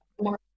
more